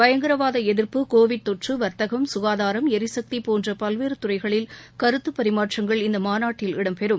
பயங்கரவாதஎதிர்ப்பு COVID தொற்று வர்த்தகம் சுகாதாரம் எரிசக்தி போன்றபல்வேறுதறைகளில் கருத்துபரிமாற்றங்கள் இந்தமாநாட்டில் இடம்பெறும்